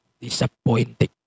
disappointing